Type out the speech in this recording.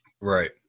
Right